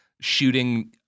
shooting